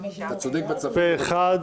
הצבעה בעד פה אחד